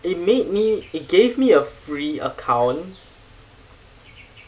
it made me it gave me a free account